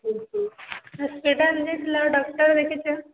ହୁଁ ହୁଁ ହସ୍ପିଟାଲ୍ ଯାଇଥିଲ ଡକ୍ଟର ଦେଖେଇଛ